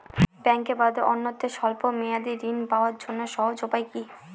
ব্যাঙ্কে বাদে অন্যত্র স্বল্প মেয়াদি ঋণ পাওয়ার জন্য সহজ উপায় কি?